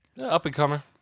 up-and-comer